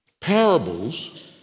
Parables